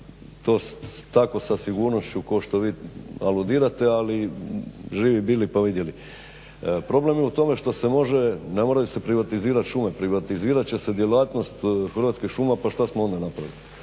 tako sa sigurnošću kao što vi aludirate ali živi bili pa vidjeli. Problem je u tome što se može ne moraju se privatizirati šume, privatizirat će se djelatnost Hrvatskih šuma pa šta smo onda napravili.